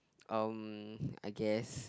um I guess